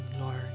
Lord